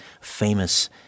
famous